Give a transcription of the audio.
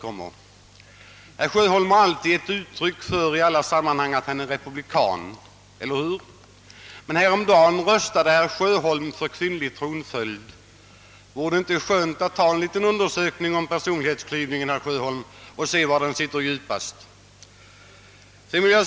Herr Sjöholm har i alla sammanhang uttalat att han är republikan, men häromdagen röstade han för kvinnlig tronföljd. Vore det inte skönt med en liten undersökning för att se var personlighetsklyvningen sitter djupast, herr Sjöholm?